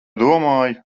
domāju